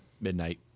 midnight